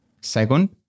Second